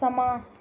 समां